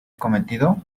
cometido